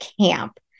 camp